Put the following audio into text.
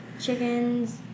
chickens